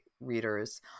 readers